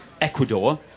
Ecuador